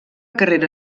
carrera